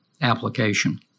application